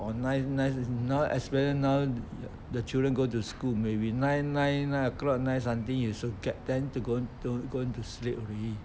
or nine nine now especially now the children go to school maybe nine nine nine o'clock nine something you should get them to go to go and sleep already